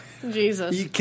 Jesus